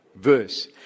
verse